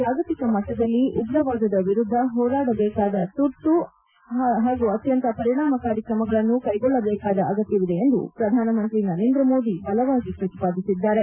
ಜಾಗತಿಕ ಮಟ್ಟದಲ್ಲಿ ಉಗ್ರವಾದದ ವಿರುದ್ದ ಹೋರಾಡಬೇಕಾದ ತುರ್ತು ಪಾಗೂ ಅತ್ಯಂತ ಪರಿಣಾಮಕಾರಿ ತ್ರಮಗಳನ್ನು ಕೈಗೊಳ್ಳಬೇಕಾದ ಅಗತ್ಯವಿದೆ ಎಂದು ಪ್ರಧಾನಮಂತ್ರಿ ನರೇಂದ್ರ ಮೋದಿ ಬಲವಾಗಿ ಪ್ರತಿಪಾದಿಸಿದ್ದಾರೆ